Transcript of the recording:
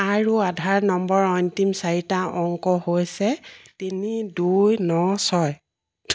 আৰু আধাৰ নম্বৰৰ অন্তিম চাৰিটা অংক হৈছে তিনি দুই ন ছয়